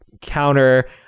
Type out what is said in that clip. counter